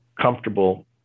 comfortable